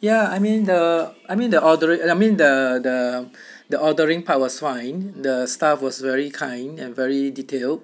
ya I mean the I mean the ordering I mean the the the ordering part was fine the staff was very kind and very detail